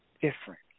different